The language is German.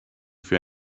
für